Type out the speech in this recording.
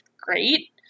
great